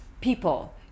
People